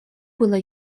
было